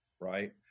right